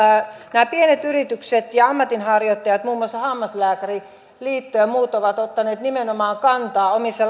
nämä pienet yritykset ja ammatinharjoittajat muun muassa hammaslääkäriliitto ja muut ovat ottaneet nimenomaan kantaa omissa